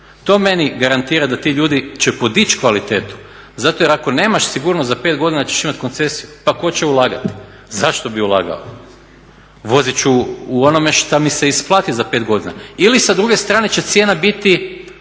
To meni garantira da ti ljudi će podići kvalitetu, zato jer ako nemaš sigurnost za 5 godina ćeš imat koncesiju pa tko će ulagati, zašto bi ulagao. Vozit ću u onome što mi se isplati za 5 godina ili sa druge strane će cijena biti